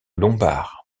lombard